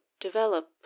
develop